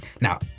Now